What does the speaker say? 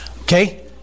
Okay